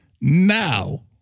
Now